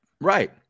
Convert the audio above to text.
Right